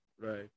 Right